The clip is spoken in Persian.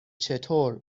چطور